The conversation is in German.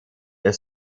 der